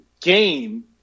game